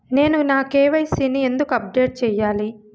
నేను నా కె.వై.సి ని ఎందుకు అప్డేట్ చెయ్యాలి?